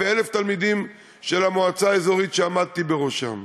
ו-1,000 תלמידים של המועצה האזורית שעמדתי בראשה.